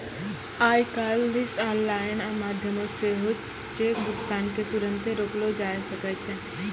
आइ काल्हि आनलाइन माध्यमो से सेहो चेक भुगतान के तुरन्ते रोकलो जाय सकै छै